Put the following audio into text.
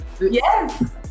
Yes